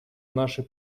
нашей